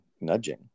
nudging